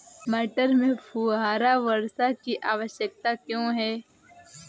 मटर में फुहारा वर्षा की आवश्यकता क्यो है?